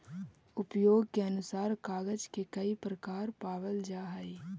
उपयोग के अनुसार कागज के कई प्रकार पावल जा हई